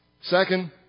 Second